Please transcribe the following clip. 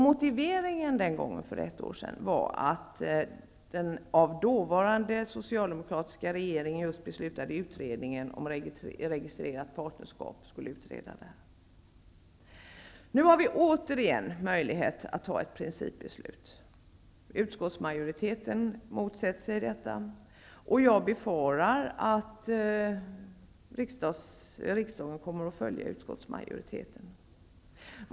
Motiveringen den gången var att den av den dåvarande socialdemokratiska regeringen just beslutade utredningen om registrerat partnerskap skulle utreda frågan. Nu har vi återigen möjlighet att fatta ett principbeslut. Utskottsmajoriteten motsätter sig detta och jag befarar att riksdagen kommer att följa utskottsmajoritetens linje.